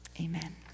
Amen